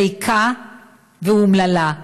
ריקה ואומללה.